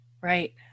right